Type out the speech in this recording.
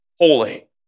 holy